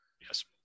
Yes